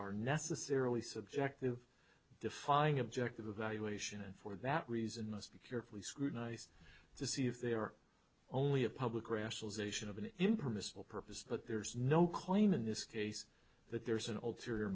are necessarily subjective defining objective evaluation and for that reason must be carefully scrutinized to see if they are only a public rationalization of an impermissible purpose but there's no claim in this case that there's an